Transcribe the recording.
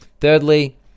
Thirdly